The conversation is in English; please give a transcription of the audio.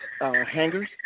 hangers